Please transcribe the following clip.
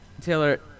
Taylor